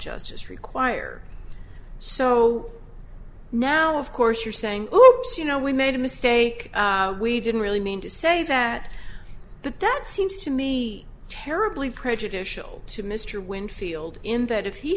justice require so now of course you're saying oops you know we made a mistake we didn't really mean to say that but that seems to me terribly prejudicial to mr winfield in that if he